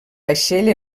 vaixell